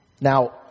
Now